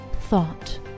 thought